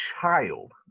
child